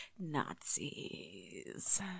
Nazis